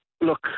look